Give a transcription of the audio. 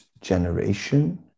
generation